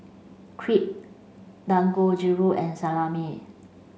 Crepe Dangojiru and Salami